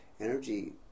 energy